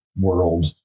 world